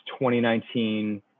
2019